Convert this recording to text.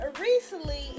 Recently